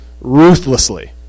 ruthlessly